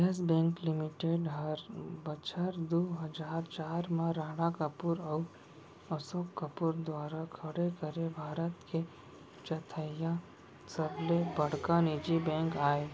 yes Bank Limited हर बछर दू हजार चार म राणा कपूर अउ असोक कपूर दुवारा खड़े करे भारत के चैथइया सबले बड़का निजी बेंक अय